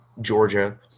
Georgia